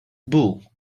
bull